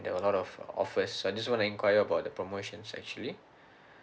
there were a lot of offers so I just want to enquire about the promotions actually